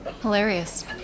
Hilarious